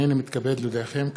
הנני מתכבד להודיעכם,